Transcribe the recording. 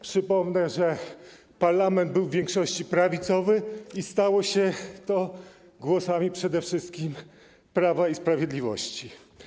Przypomnę też, że parlament był w większości prawicowy i stało się to głosami przede wszystkim Prawa i Sprawiedliwości.